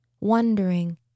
wondering